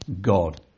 God